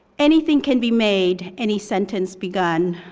anything can be made, any sentence begun.